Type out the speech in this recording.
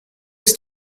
was